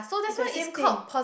it's the same thing